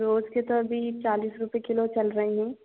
रोज़ के तो अभी चालीस रुपये किलो चल रहे हैं